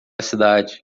cidade